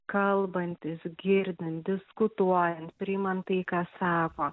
kalbantis girdint diskutuojant priimant tai ką sako